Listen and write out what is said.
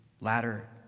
latter